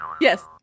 Yes